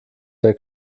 der